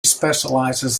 specializes